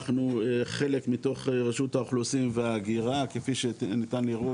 אנחנו חלק מתוך רשות האוכלוסין וההגירה כפי שניתן לראות,